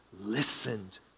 listened